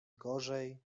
gorzej